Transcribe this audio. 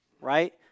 right